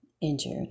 injured